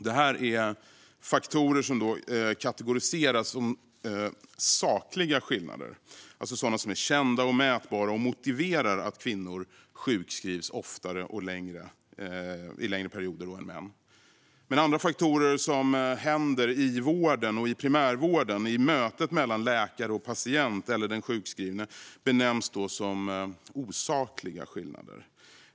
Detta är faktorer som kategoriseras som sakliga skillnader, det vill säga sådana som är kända och mätbara och motiverar att kvinnor sjukskrivs oftare och längre perioder än män. Andra faktorer, som finns i vården och i primärvården i mötet mellan läkare och patient eller den sjukskrivne, benämns som osakliga skillnader.